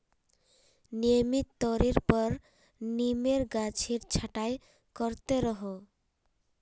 नियमित तौरेर पर नीमेर गाछेर छटाई कर त रोह